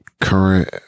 current